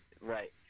Right